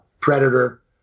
Predator